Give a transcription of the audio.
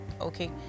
okay